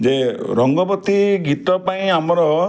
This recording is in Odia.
ଯେ ରଙ୍ଗବତୀ ଗୀତ ପାଇଁ ଆମର